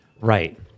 Right